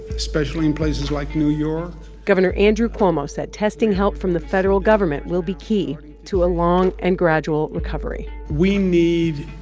especially in places like new york governor andrew cuomo said testing help from the federal government will be key to a long and gradual recovery we need